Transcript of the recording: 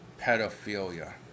pedophilia